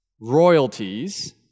royalties